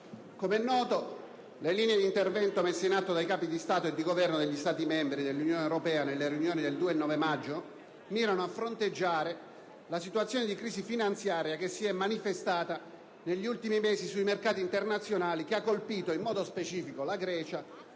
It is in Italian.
Come è noto, le linee di intervento messe in atto dai capi di Stato e di Governo degli Stati membri dell'Unione europea nelle riunioni del 2 e del 9 maggio mirano a fronteggiare la situazione di crisi finanziaria che si è manifestata negli ultimi mesi sui mercati internazionali, che ha colpito in modo specifico la Grecia